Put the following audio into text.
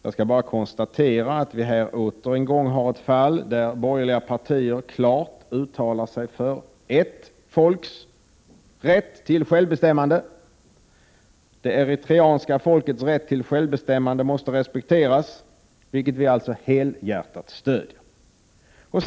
Jag kan bara konstatera att vi återigen har ett fall där borgerliga partier klart uttalar sig för ert folks rätt till självbestämmande: det eritreanska folkets rätt till självbestämmande — vilken också vi i miljöpartiet helhjärtat stöder.